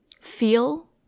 feel